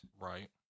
Right